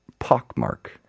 Pockmark